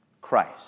Christ